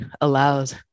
allows